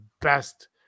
best